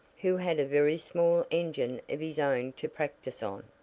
who had a very small engine of his own to practice on.